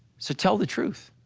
so tell the truth,